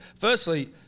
firstly